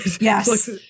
Yes